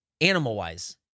animal-wise